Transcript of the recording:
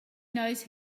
knows